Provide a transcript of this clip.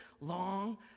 long